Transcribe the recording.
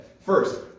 First